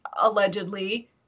allegedly